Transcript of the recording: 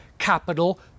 capital